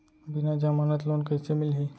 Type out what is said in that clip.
बिना जमानत लोन कइसे मिलही?